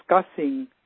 discussing